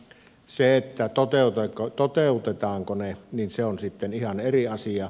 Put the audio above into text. se toteutetaanko ne on sitten ihan eri asia